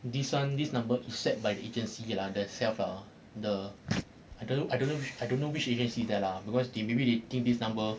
this one this number is set by the agency lah the self lah the I don't know I don't know I don't know which agency is that lah because they maybe they think this number